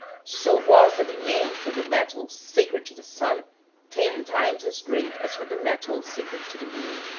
so was the demand for the metal sacred to the sun ten times as great as for the metal sacred to the moon.